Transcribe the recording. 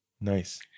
Nice